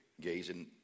gazing